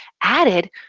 added